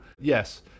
yes